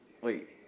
Wait